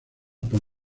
por